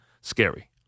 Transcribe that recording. scary